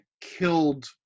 killed